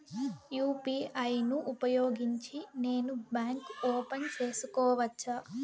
UPI ను ఉపయోగించి నేను బ్యాంకు ఓపెన్ సేసుకోవచ్చా?